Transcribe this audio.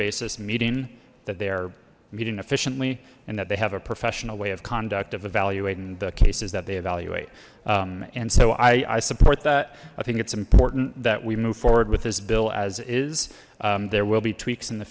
basis meeting that they're meeting efficiently and that they have a professional way of conduct of the value the cases that they evaluate and so i i support that i think it's important that we move forward with this bill as is there will be tweaks in the